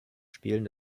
spielen